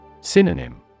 Synonym